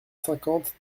cinquante